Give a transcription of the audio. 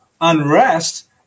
unrest